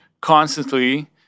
constantly